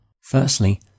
Firstly